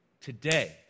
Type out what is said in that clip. today